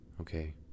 Okay